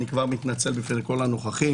אני כבר מתנצל בפני כל הנוכחים